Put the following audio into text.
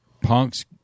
Punk's